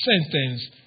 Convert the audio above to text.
sentence